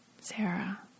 Sarah